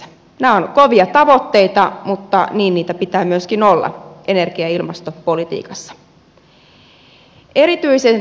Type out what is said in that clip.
nämä ovat kovia tavoitteita mutta niin niitä pitää myöskin olla energia ja ilmastopolitiikassa